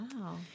Wow